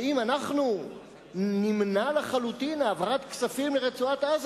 שאם אנחנו נמנע לחלוטין העברת כספים לרצועת-עזה